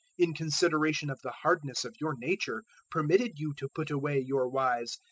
in consideration of the hardness of your nature permitted you to put away your wives,